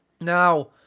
Now